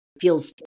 feels